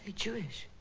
jewish.